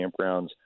campgrounds